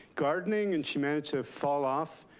gardening, and she managed to fall off.